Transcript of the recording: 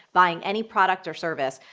buying any product or service,